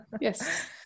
Yes